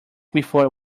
before